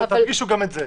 תדגישו גם את זה.